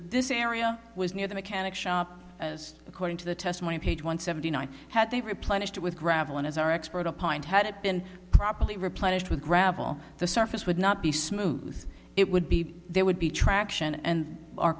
this area was near the mechanic shop as according to the testimony page one seventy nine had a replenished with gravel and as our expert a pint had it been properly replenished with gravel the surface would not be smooth it would be there would be traction and our